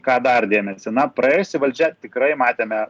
ką dar dėmesį na praėjusi valdžia tikrai matėme